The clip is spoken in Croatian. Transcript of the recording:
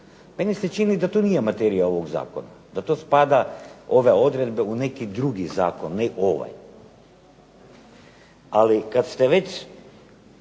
Meni se čini da to nije materija ovog zakona, da to spada ove odredbe u neki drugi zakon, ne ovaj. Ali kad ste već